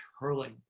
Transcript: hurling